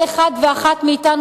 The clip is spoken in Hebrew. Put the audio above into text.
כל אחד ואחת מאתנו,